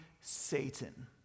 satan